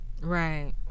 Right